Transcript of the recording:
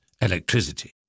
electricity